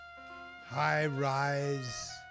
high-rise